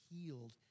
healed